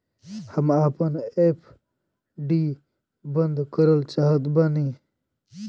हम आपन एफ.डी बंद करल चाहत बानी